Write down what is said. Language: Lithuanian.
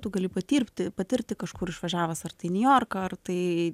tu gali patirti patirti kažkur išvažiavęs ar tai niujorką ar tai